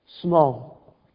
small